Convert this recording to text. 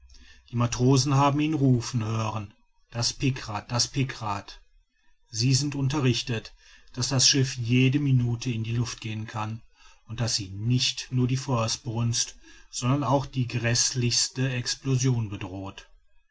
die matrosen haben ihn rufen hören das pikrat das pikrat sie sind unterrichtet daß das schiff jede minute in die luft gehen kann und daß sie nicht nur die feuersbrunst sondern auch die gräßlichste explosion bedroht